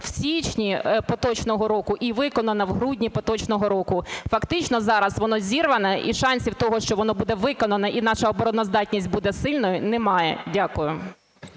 в січні поточного року і виконано в грудні поточного року. Фактично зараз воно зірвано, і шансів того, що воно буде виконано, і наша обороноздатність буде сильною, немає. Дякую.